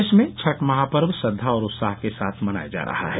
प्रदेश में छठ महापर्व श्रद्वा और उत्साह से मनाया जा रहा है